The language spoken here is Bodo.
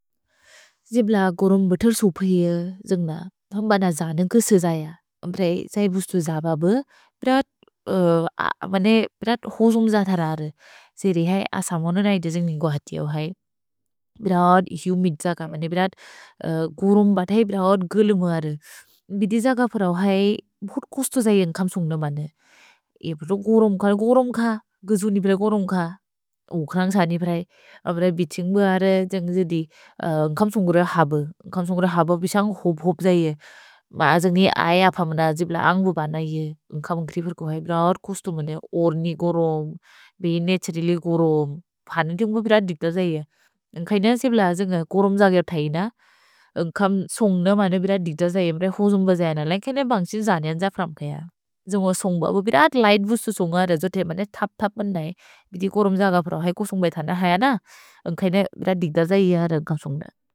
जिब्ल गुरुम् ब्ëत्र् सुप् हेअ, जुन्ग्न, थुम्ब न जनेन्ग् क्ëस्ë जय। अम्प्रए, जैबुस्तु जबब्ë, बिरत्, बने, बिरत् होसुम् ज थरर्ë। से रेहै असमोनु न इद्ë जिन्ग्निन्गु हतिऔ है। भिरत् हुमिद् जक, बने, बिरत् गुरुम् बतै, बिरत् गुल्मुअर्ë। भिदि जक फरौ है, भुत्कुस्तु जै य्न्ग्कम्सुन्ग्नु बने। इब्रु गुरुम् कल् गुरुम् ख, गिजुनिप्ले गुरुम् ख। उक्रन्ग् सनि प्रए। अम्प्रए बिछिन्ग् मुअर्ë, जिन्ग् जिदि, य्न्ग्कम्सुन्गुर्ë हब, य्न्ग्कम्सुन्गुर्ë हब बिछन्ग् हुब् हुब् जैये। मा जन्ग्नि अय फम्न, जिब्ल, अन्ग् बुबन इये। य्न्ग्कम्सुन्ग्रि फुर्को है, बिन होर्त् कुस्तु, बने, ओर्नि गुरुम्, बिने त्ʃरिलि गुरुम्। भ्हनु तिन्ग्ब बिरत् दिक्त जैये। य्न्ग्कैनन्, जिब्ल, जिन्ग् गुरुम् जक थैन, य्न्ग्कम्सुन्ग्न, बने, बिरत् दिक्त जैये। अम्प्रए, होसुम्ब जैय, नलन्ग् केने बन्सि जन्यन् ज फ्रम्किअ। जुन्गुअ सुन्ग्ब, बिरिअत् लिघ्त् बूस्तु सुन्ग, रजोते, बने, थप्-थप् बन्दै। भिति गुरुम् जक फुर्को है, कुसुन्ग्ब थैन, है अन, य्न्ग्कैने, बिरत् दिक्त जैये, य्न्ग्कम्सुन्ग्न।